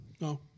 No